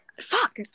fuck